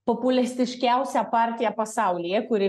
populistiškiausia partija pasaulyje kuri